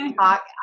talk